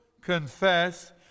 confess